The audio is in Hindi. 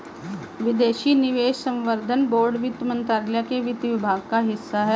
विदेशी निवेश संवर्धन बोर्ड वित्त मंत्रालय के वित्त विभाग का हिस्सा है